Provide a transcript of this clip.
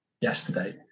yesterday